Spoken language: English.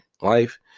Life